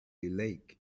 lake